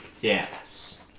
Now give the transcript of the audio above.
Yes